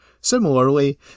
Similarly